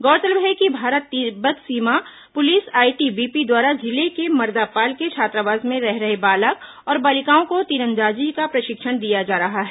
गौरतलब है कि भारत तिब्बत सीमा पुलिस आईटीबीपी द्वारा जिले के मर्दापाल के छात्रावास में रह रहे बालक और बालिकाओं को तीरंदाजी का प्रशिक्षण दिया जा रहा है